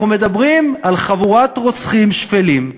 אנחנו מדברים על חבורת רוצחים שפלים,